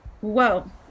whoa